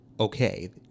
okay